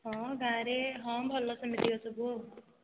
ହଁ ଗାଁରେ ହଁ ଭଲ ସେମିତିଆ ସବୁ ଆଉ